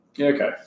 okay